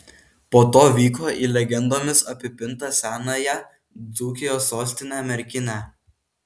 po to vyko į legendomis apipintą senąją dzūkijos sostinę merkinę